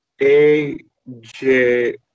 AJ